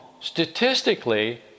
statistically